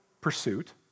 pursuit